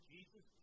Jesus